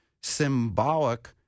symbolic